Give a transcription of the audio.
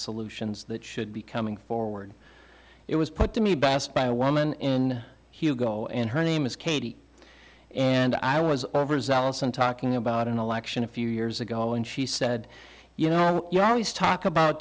solutions that should be coming forward it was put to me best by a woman in hugo and her name is katie and i was overzealous and talking about an election a few years ago and she said you know you always talk about